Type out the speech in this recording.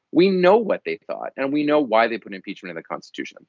we know what they thought. and we know why they put impeachment in the constitution